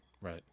Right